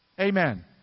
Amen